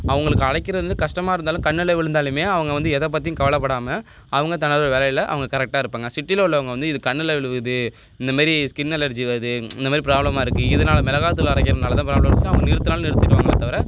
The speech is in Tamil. அவங்களுக்கு அரைக்கிறது வந்து கஷ்டமாக இருந்தாலும் கண்ணில் விழுந்தாலுமே அவங்க வந்து எதை பற்றியும் கவலைப்படாம அவங்க தனது வேலையில் அவங்க கரெக்டாக இருப்பாங்க சிட்டியில உள்ளவங்க வந்து இது கண்ணில் விழுகுது இந்தமாரி ஸ்கின் அலர்ஜி வருது இந்தமாரி ப்ராப்லமாக இருக்குது இதனால மிளகா தூள் அரைக்கிறதனால தான் ப்ராப்லம்ஸ் வந்துடுச்சினு அவங்க நிறுத்துனாலும் நிறுத்திடுவாங்களே தவிர